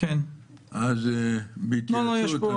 אז בהתייעצות,